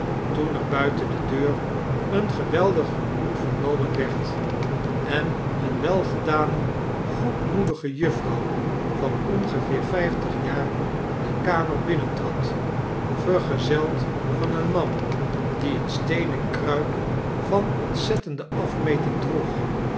toen er buiten de deur een geweldig rumoer vernomen werd en een welgedane goedmoedige juffrouw van ongeveer vijftig jaar de kamer binnentrad vergezeld van een man die een steenen kruik van ontziettende afmeting droeg